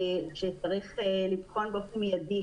שצריך לבחון באופן מיידי